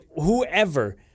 whoever